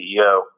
CEO